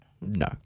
No